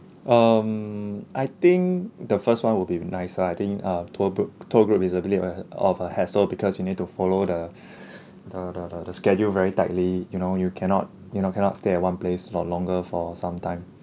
um I think the first one will be nice lah I think uh tour book tour group is a of a hassle because you need to follow the the the the schedule very tightly you know you cannot you know cannot stay at one place for longer for some time